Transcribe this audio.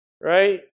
right